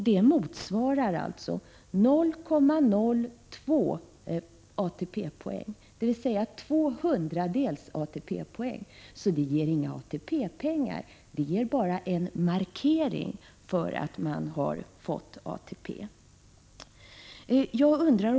Det motsvarar 0,02 ATP-poäng, dvs. två hundradels ATP-poäng. Det ger alltså inga ATP-pengar, bara en markering att man har fått en ATP-grundande inkomst.